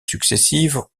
successives